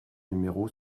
numéro